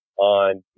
on